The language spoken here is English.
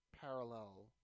parallel